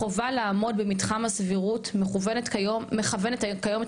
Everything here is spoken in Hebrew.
החובה לעמוד במתחם הסבירות מכוונת כיום את